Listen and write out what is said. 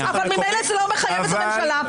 אבל ממילא זה לא מחייב את הממשלה.